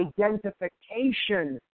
identification